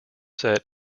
set